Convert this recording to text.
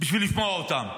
בשביל לשמוע אותם.